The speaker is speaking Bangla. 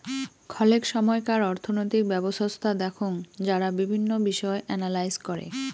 খলেক সময়কার অর্থনৈতিক ব্যবছস্থা দেখঙ যারা বিভিন্ন বিষয় এনালাইস করে